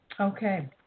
Okay